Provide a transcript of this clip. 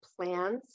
plans